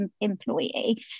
employee